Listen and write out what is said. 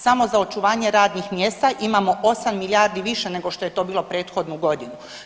Samo za očuvanje radnih mjesta imamo 8 milijardi više, nego što je to bilo prethodnu godinu.